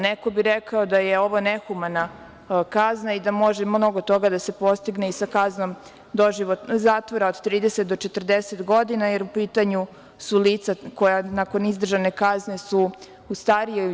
Neko bi rekao da je ovo nehumana kazna i da može mnogo toga da se postigne i sa kaznom zatvora od 30 do 40 godina, jer su u pitanju lica koja su nakon izdržane kazne u starijoj dobi.